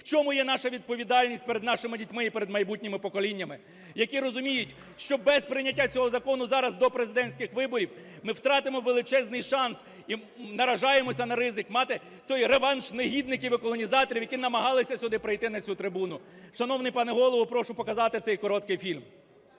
в чому є наша відповідальність перед нашими дітьми і перед майбутніми поколіннями, які розуміють, що без прийняття цього закону зараз до президентських виборів ми втратимо величезний шанс і наражаємося на ризик мати той реванш негідників і колонізаторів, які намагалися сюди прийти на цю трибуну. Шановний пане Голово, прошу показати цей короткий фільм.